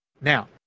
Now